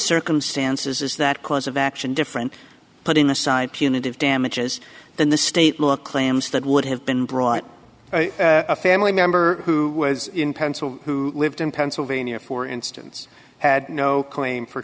circumstances is that cause of action different putting aside punitive damages than the state law claims that would have been brought a family member who was in pencil who lived in pennsylvania for instance had no claim for